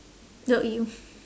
no !eww!